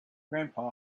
grandpa